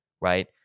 right